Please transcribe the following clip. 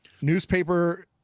newspaper